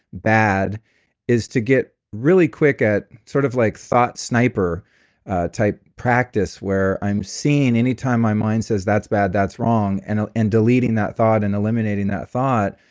bad is to get really quick at sort of like thought sniper type practice where i'm seeing anytime my mind says, that's bad. that's wrong. and ah and deleting that thought and eliminating that thought,